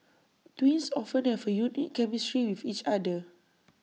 twins often have A unique chemistry with each other